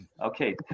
okay